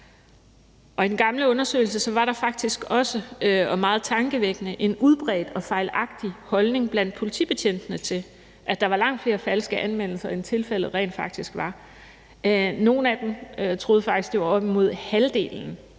I den gamle undersøgelse var der faktisk også – meget tankevækkende – en udbredt og fejlagtig holdning blandt politibetjentene, i forhold til at der var langt flere falske anmeldelser, end tilfældet rent faktisk var. Nogle af dem troede faktisk, at det var op imod halvdelen